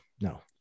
no